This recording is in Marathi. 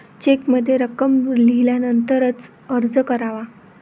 चेकमध्ये रक्कम लिहिल्यानंतरच अर्ज करावा